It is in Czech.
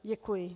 Děkuji.